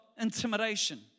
intimidation